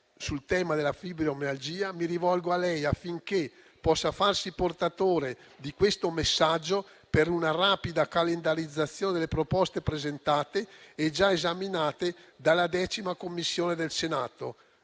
mondiale della fibromialgia, mi rivolgo a lei affinché possa farsi portatore di questo messaggio per una rapida calendarizzazione delle proposte presentate e già esaminate dalla 10a Commissione del Senato,